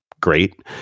great